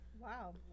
Wow